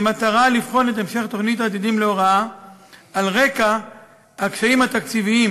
במטרה לבחון את המשך תוכנית "עתידים" להוראה על רקע הקשיים התקציביים